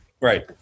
Right